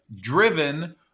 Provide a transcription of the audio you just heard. driven